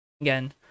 again